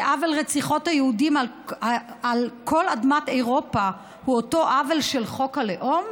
שעוול רציחות היהודים על כל אדמת אירופה הוא אותו עוול של חוק הלאום?